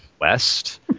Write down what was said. West